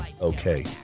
okay